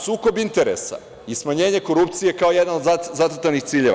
Sukob interesa i smanjenje korupcije kao jedan od zacrtanih ciljeva.